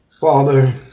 Father